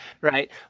right